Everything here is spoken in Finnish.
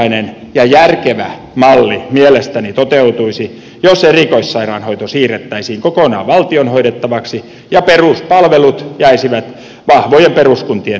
yksinkertainen ja järkevä malli mielestäni toteutuisi jos erikoissairaanhoito siirrettäisiin kokonaan valtion hoidettavaksi ja peruspalvelut jäisivät vahvojen peruskuntien hoidettaviksi